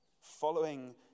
Following